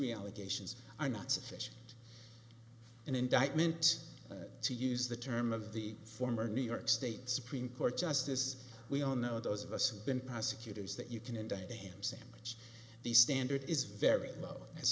reallocations are not sufficient an indictment to use the term of the former new york state supreme court justice we all know those of us who've been prosecutors that you can indict a ham sandwich the standard is very low as